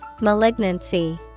Malignancy